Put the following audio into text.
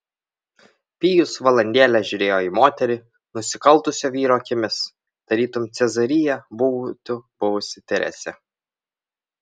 pijus valandėlę žiūrėjo į moterį nusikaltusio vyro akimis tarytum cezarija būtų buvusi teresė